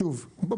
בוא,